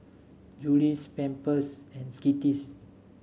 Julie's Pampers and Skittles